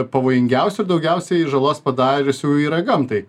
pavojingiausių ir daugiausiai žalos padariusių yra gamtai